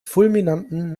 fulminanten